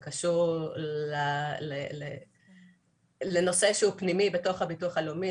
זה קשור לנושא שהוא פנימי בתוך הביטוח הלאומי,